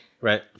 Right